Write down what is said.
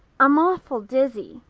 i'm awful dizzy,